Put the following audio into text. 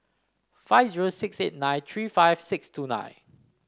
five zero six eight nine three five six two nine